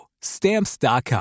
Stamps.com